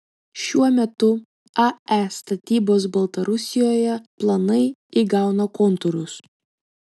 šiuo metu ae statybos baltarusijoje planai įgauna kontūrus